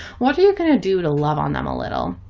what are you going to do to love on them a little.